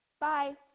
Bye